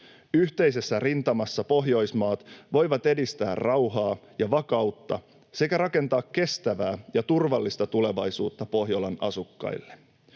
Yhteisessä rintamassa Pohjoismaat voivat edistää rauhaa ja vakautta sekä rakentaa kestävää ja turvallista tulevaisuutta Pohjolan asukkaille.